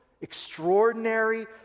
extraordinary